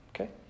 Okay